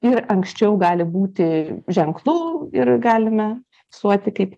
ir anksčiau gali būti ženklų ir galime fiksuoti kaip